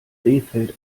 rehfeld